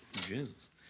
Jesus